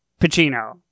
Pacino